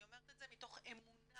אני אומרת את זה מתוך אמונה,